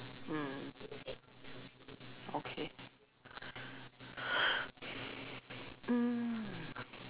mm okay mm